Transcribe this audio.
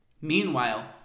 Meanwhile